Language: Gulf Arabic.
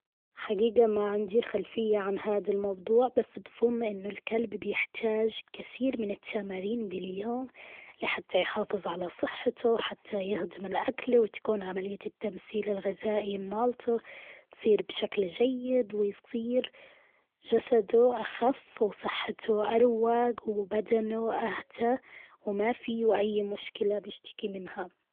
حقيقة ما عندي خلفية عن هذا الموضوع بس بظن أنه الكلب بيحتاج كثير من التمارين باليوم لحتى يحافظ على صحته حتى يهضم الأكلة وتكون عملية التمثيل الغزائي مالته تصير بشكل جيد ويصير جسده أخف وصحة اروق وبدنه اهدي وما في أي مشكلة بشتكي منها.